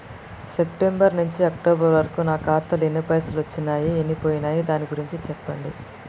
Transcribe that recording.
September నుంచి October వరకు నా ఖాతాలో ఎన్ని పైసలు వచ్చినయ్ ఎన్ని పోయినయ్ దాని గురించి చెప్పండి?